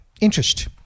interest